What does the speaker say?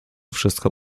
wszystko